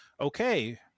okay